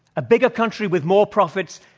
a bigger country with more profits.